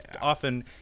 often